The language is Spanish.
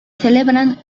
celebran